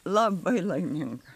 labai laiminga